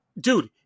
dude